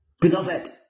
Beloved